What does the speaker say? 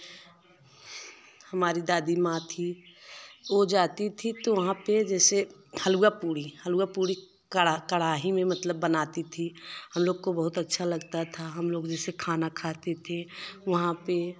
हमारी दादी माँ थी वह जाती थी तो वहाँ पर जैसे हलवा पूड़ी हलवा पूड़ी का कढ़ाई मतलब बनाती थी हम लोग को बहुत अच्छा लगता था हम लोग जैसे खाना खाते थे वहाँ पर